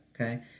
okay